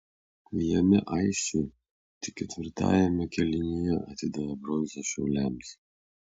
jame aisčiai tik ketvirtajame kėlinyje atidavė bronzą šiauliams